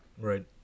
Right